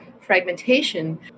fragmentation